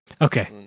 Okay